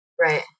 Right